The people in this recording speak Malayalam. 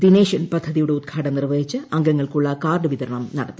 ദിനേശൻ പദ്ധതിയുടെ ഉദ്ഘാടനം നിർവഹിച്ച് അംഗങ്ങൾക്കുള്ള കാർഡ് വിതരണം നടത്തി